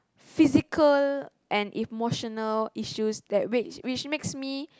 physical and emotional issues which makes me